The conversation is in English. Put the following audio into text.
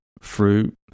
fruit